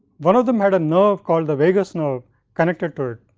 one of them had a nerve called the vagus nerve connected to it.